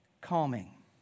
calming